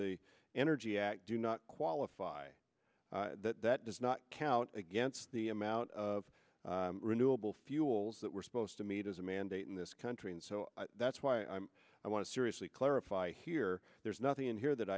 the energy act do not qualify that that does not count against the amount of renewable fuels that we're supposed to meet as a mandate in this country and so that's why i'm i want to seriously clarify here there's nothing in here that